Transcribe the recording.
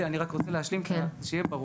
אני רק רוצה להשלים כדי שיהיה ברור.